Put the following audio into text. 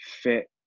fit